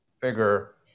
figure